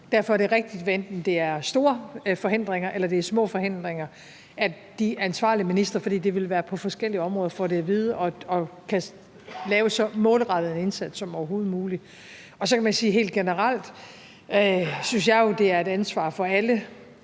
derfor er det rigtigt, hvad enten det er store forhindringer eller små forhindringer, at de ansvarlige ministre, for det vil være på forskellige områder, får det at vide og kan lave så målrettet en indsats som overhovedet muligt. Så synes jeg jo helt generelt, at det er et ansvar for alle